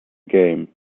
game